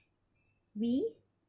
we